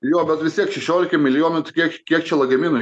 jo bet visi šešiolika milijonų tai kiek kiek čia lagaminų